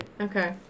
Okay